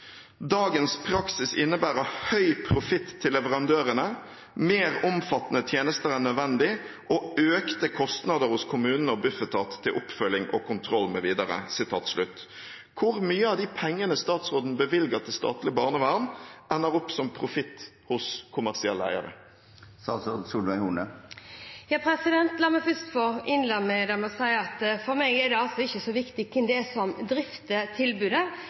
praksis innebærer høy profitt til leverandørene, mer omfattende tjenester enn nødvendig og økte kostnader hos kommunene og Bufetat til oppfølging og kontroll mv.» Hvor mye av de pengene statsråden bevilger til statlig barnevern, ender opp som profitt hos kommersielle eiere? La meg først få innlede med å si at for meg er det ikke så viktig hvem som drifter tilbudet,